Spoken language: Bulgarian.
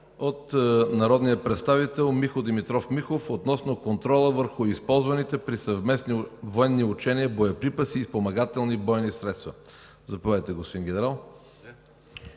от народния представител Михо Димитров Михов относно контрола върху използваните при съвместни военни учения боеприпаси и спомагателни бойни средства. Заповядайте, господин Генерал.